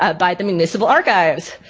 ah by the municipal archives.